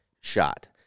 shot